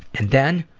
and then,